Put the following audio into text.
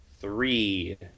three